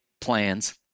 plans